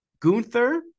Gunther